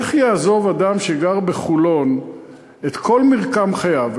איך יעזוב אדם שגר בחולון את כל מרקם חייו,